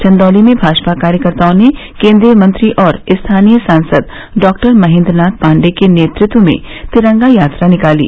चंदौली में भाजपा कार्यकर्ताओं ने केन्द्रीय मंत्री और स्थानीय सांसद डॉक्टर महेन्द्रनाथ पांडेय के नेतृत्व में तिरंगा यात्रा निकाली